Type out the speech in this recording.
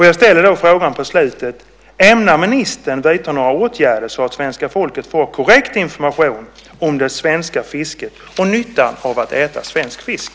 Jag ställer därför frågan: Ämnar ministern vidta några åtgärder så att svenska folket får korrekt information om det svenska fisket och nyttan av att äta svensk fisk?